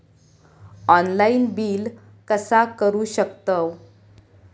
Online bill कसा करु शकतव?